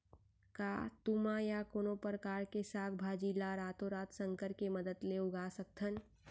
का तुमा या कोनो परकार के साग भाजी ला रातोरात संकर के मदद ले उगा सकथन?